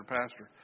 pastor